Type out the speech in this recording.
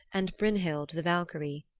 and brynhild, the valkyrie.